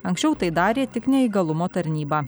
anksčiau tai darė tik neįgalumo tarnyba